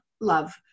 love